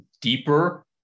deeper